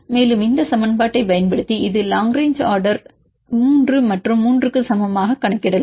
மேலும் இந்த சமன்பாட்டைப் பயன்படுத்தி இந்த லாங் ரேங்ச் ஆர்டர் ஐ 3 மற்றும் 3 க்கு சமமாகக் கணக்கிடலாம்